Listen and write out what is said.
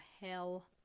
hell